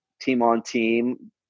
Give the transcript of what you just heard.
team-on-team